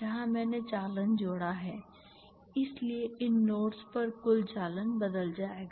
जहां मैंने चालन जोड़ा है इसलिए इन नोड्स पर कुल चालन बदल जाएगा